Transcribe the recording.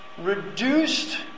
Reduced